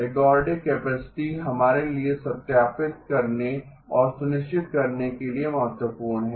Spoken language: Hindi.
Ergodic कैपेसिटी हमारे लिए सत्यापित करने और सुनिश्चित करने के लिए महत्वपूर्ण है